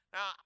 Now